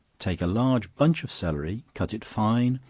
take a large bunch of celery, cut it fine,